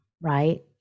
right